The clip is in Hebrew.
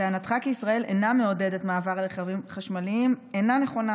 טענתך כי ישראל אינה מעודדת מעבר לרכבים חשמליים אינה נכונה,